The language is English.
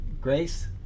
Grace